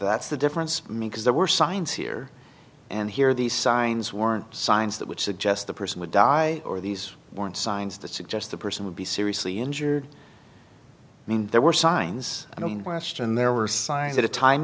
that's the difference for me because there were signs here and here these signs weren't signs that would suggest the person would die or these weren't signs that suggest the person would be seriously injured i mean there were signs and in western there were signs at a time